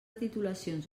titulacions